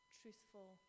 truthful